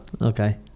Okay